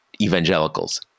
evangelicals